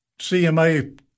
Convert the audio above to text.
CMA